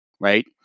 Right